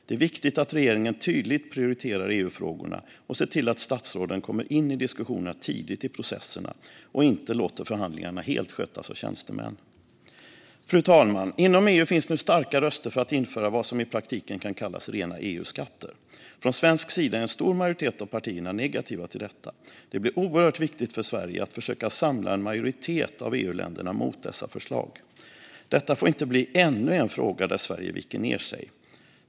Det är viktigt att regeringen tydligt prioriterar EU-frågorna och ser till att statsråden kommer in i diskussionerna tidigt i processerna och inte låter förhandlingarna helt skötas av tjänstemän. Fru talman! Inom EU finns nu starka röster för att införa vad som i praktiken kan kallas rena EU-skatter. Från svensk sida är en stor majoritet av partierna negativa till detta. Det blir oerhört viktigt för Sverige att försöka samla en majoritet av EU-länderna mot dessa förslag. Detta får inte bli ännu en fråga där Sverige viker ned sig.